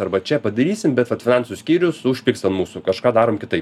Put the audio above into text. arba čia padarysim bet vat finansų skyrius užpyks ant mūsų kažką darom kitaip